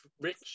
rich